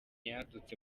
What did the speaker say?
yadutse